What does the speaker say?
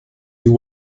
you